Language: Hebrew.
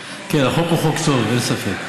כן, החוק הוא חוק טוב, אין ספק.